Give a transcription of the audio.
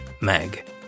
Meg